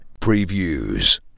previews